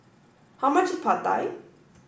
how much is Pad Thai